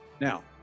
Now